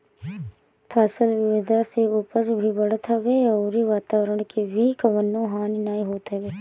फसल विविधता से उपज भी बढ़त हवे अउरी वातवरण के भी कवनो हानि नाइ होत हवे